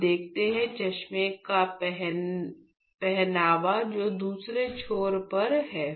अब देखते हैं चश्मा का पहनावा जो दूसरे छोर पर है